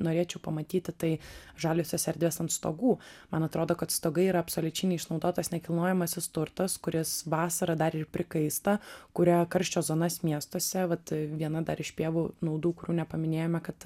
norėčiau pamatyti tai žaliosios erdvės ant stogų man atrodo kad stogai yra absoliučiai neišnaudotas nekilnojamasis turtas kuris vasarą dar ir prikaista kuria karščio zonas miestuose vat viena dar iš pievų naudų kurių nepaminėjome kad